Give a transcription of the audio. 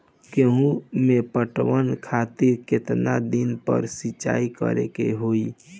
गेहूं में पटवन खातिर केतना दिन पर सिंचाई करें के होई?